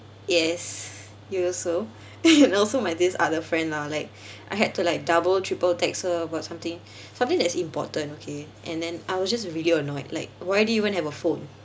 yes you also and also my this other friend lah like I had to like double triple text her about something something that's important okay and then I was just really annoyed like why do you even have a phone